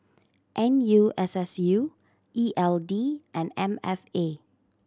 N U S S U E L D and M F A